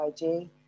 IG